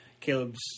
Caleb's